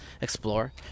explore